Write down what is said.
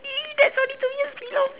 that's only two years below me